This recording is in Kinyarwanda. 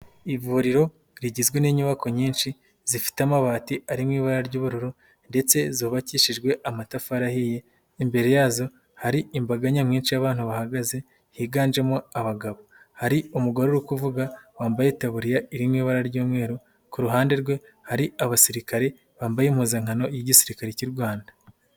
Ivuriro rigizwe n'inyubako nyinshi zifite amabati ari mu ibara ry'ubururu ndetse zubakishijwe amatafari ahiye, imbere yazo hari imbaga nyamwinshi y'abantu bahagaze higanjemo abagabo, hari umugore uri kuvuga wambaye itaburiya iri mu ibara ry'umweru, ku ruhande rwe hari abasirikare bambaye impuzankano y'igisirikare cy'u Rwanda.